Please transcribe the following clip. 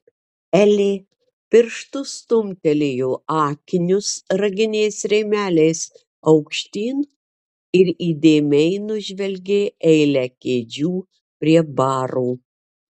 elė pirštu stumtelėjo akinius raginiais rėmeliais aukštyn ir įdėmiai nužvelgė eilę kėdžių prie baro